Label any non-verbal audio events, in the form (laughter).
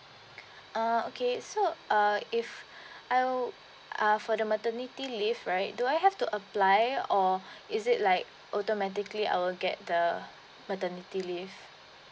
uh okay so uh if (breath) I would ah for the maternity leave right do I have to apply or (breath) is it like automatically I will get the maternity leave